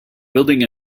building